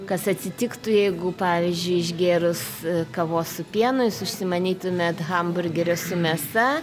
kas atsitiktų jeigu pavyzdžiui išgėrus kavos su pienu jūs užsimanytumėt hamburgerio su mėsa